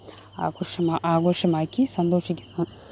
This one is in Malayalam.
ആഘോഷമാ ആഘോഷമാക്കി സന്തോഷിക്കുന്നു